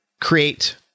create